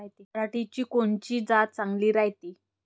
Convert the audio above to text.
पऱ्हाटीची कोनची जात चांगली रायते?